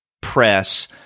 press